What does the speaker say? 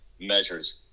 measures